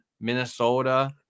Minnesota